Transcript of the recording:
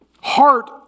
heart